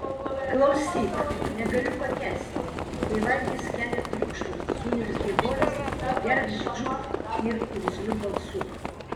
klausyk negaliu pakęsti kai valgis kelia triukšmą suniurzgė voras gergždžiu ir irzliu balsu